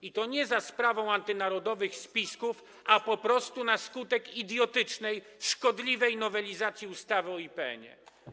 I to nie za sprawą antynarodowych spisków, a po prostu na skutek idiotycznej, szkodliwej nowelizacji ustawy o IPN.